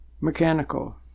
mechanical